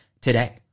Today